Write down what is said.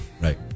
Right